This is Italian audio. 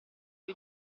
gli